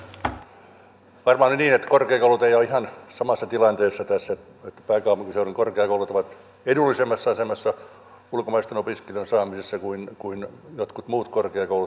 varmaan on niin että korkeakoulut eivät ole ihan samassa tilanteessa tässä että pääkaupunkiseudun korkeakoulut ovat edullisemmassa asemassa ulkomaisten opiskelijoiden saamisessa kuin jotkut muut korkeakoulut